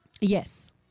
Yes